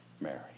Mary